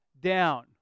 down